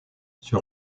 sur